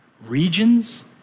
regions